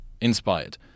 inspired